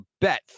bet